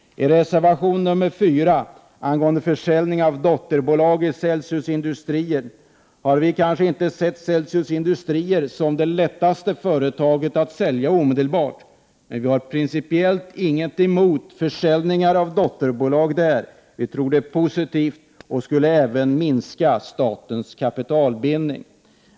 Reservation 4 gäller försäljning av dotterbolag till Celsius Industrier. Vi — Prot. 1988/89:126 har kanske inte sett detta företag som det lättaste företaget att sälja 1 juni 1989 omedelbart. Vi har dock principiellt inget emot försäljningar av dotterbolag till Celsius Industrier. Vi tror att det är positivt och att det även skulle minska statens kapitalbindning.